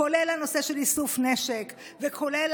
כולל הנושא של איסוף נשק וכולל